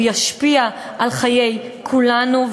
והוא ישפיע על חיי כולנו.